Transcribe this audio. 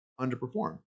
underperform